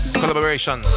collaboration